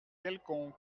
quelconque